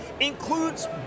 includes